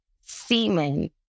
semen